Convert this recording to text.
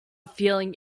feeling